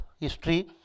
history